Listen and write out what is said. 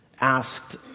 asked